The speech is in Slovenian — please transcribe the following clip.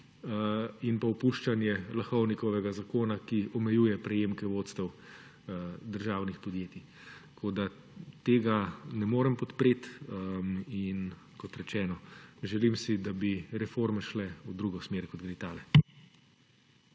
in pa opuščanje Lahovnikovega zakona, ki omejuje prejemke vodstev državnih podjetij. Tako da tega ne morem podpreti in kot rečeno želim si, da bi reforme šle v drugo smer, kot gre ta.